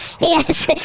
yes